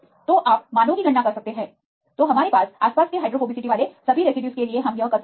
तो आप मानों की गणना कर सकते हैं तो हमारे पास आसपास के हाइड्रोफोबिसिटी वाले सभी रेसिड्यूज के लिए यह मामला है